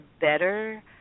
better